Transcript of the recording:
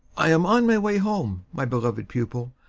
i am on my way home, my beloved pupil.